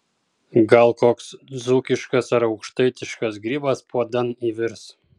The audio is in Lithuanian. gal koks dzūkiškas ar aukštaitiškas grybas puodan įvirs